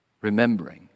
remembering